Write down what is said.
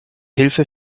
hilfe